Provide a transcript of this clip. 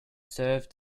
served